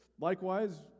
Likewise